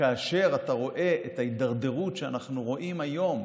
וכאשר אתה רואה את ההידרדרות שאנחנו רואים היום,